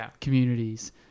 communities